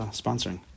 sponsoring